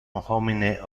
homine